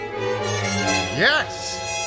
Yes